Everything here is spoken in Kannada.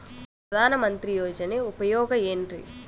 ಪ್ರಧಾನಮಂತ್ರಿ ಯೋಜನೆ ಉಪಯೋಗ ಏನ್ರೀ?